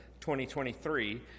2023